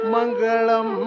Mangalam